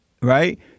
right